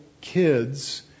kids